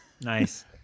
nice